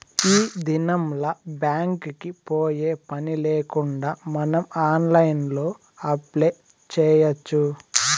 ఈ దినంల్ల బ్యాంక్ కి పోయే పనిలేకుండా మనం ఆన్లైన్లో అప్లై చేయచ్చు